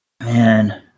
Man